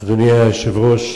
אדוני היושב-ראש,